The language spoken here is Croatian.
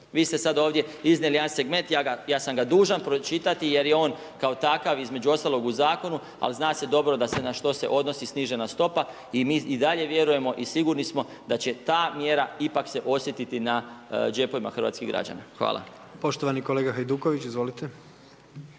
Vi ste sad ovdje iznijeli jedan segment, ja sam ga dužan pročitati jer je on kao takav, između ostalog u Zakonu, ali zna se dobro na što se odnosi snižena stopa i mi i dalje vjerujemo i sigurni smo da će ta mjera ipak se osjetiti na džepovima hrvatskih građana. Hvala. **Jandroković, Gordan